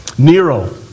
Nero